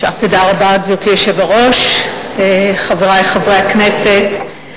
גברתי היושבת-ראש, חברי חברי הכנסת,